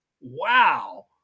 Wow